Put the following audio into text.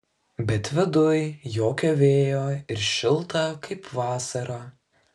bet viduj jokio vėjo ir šilta kaip vasarą